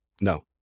no